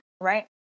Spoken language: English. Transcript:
Right